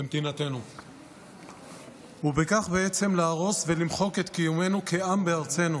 במדינתנו ובכך בעצם להרוס ולמחוק את קיומנו כעם בארצנו.